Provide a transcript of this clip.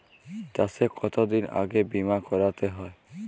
চাষে কতদিন আগে বিমা করাতে হয়?